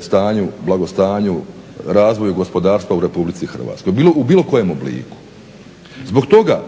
stanju, blagostanju, razvoju gospodarstva u RH u bilo kojem obliku. Zbog toga